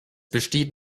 besteht